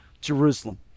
Jerusalem